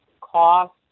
cost